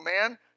man